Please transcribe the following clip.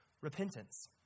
Repentance